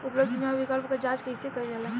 उपलब्ध बीमा विकल्प क जांच कैसे कइल जाला?